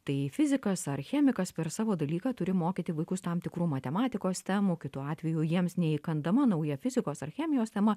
tai fizikas ar chemikas per savo dalyką turi mokyti vaikus tam tikrų matematikos temų kitu atveju jiems neįkandama nauja fizikos ar chemijos tema